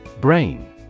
Brain